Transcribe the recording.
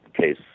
case